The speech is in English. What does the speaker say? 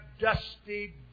dusty